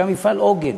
שהיה מפעל עוגן,